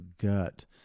gut